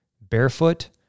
barefoot